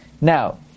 Now